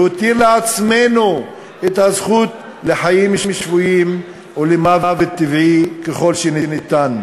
להותיר לעצמנו את הזכות לחיים שפויים ולמוות טבעי ככל האפשר.